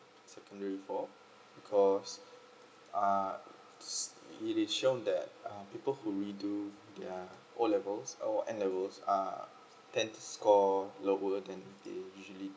secondary four because uh s~ it is shown that uh people who redo their O level or N levels are tend to score lower then they usually